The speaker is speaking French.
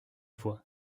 voix